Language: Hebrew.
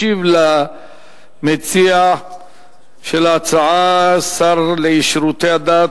ישיב למציע של ההצעה השר לשירותי הדת,